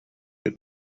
had